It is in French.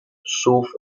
sauf